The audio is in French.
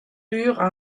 lurent